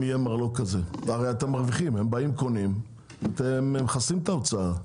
הרי אתם מרוויחים, הם קונים ואתם מכסים את ההוצאה.